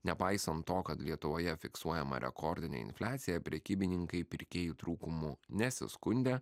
nepaisant to kad lietuvoje fiksuojama rekordinė infliacija prekybininkai pirkėjų trūkumu nesiskundė